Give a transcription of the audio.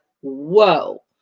whoa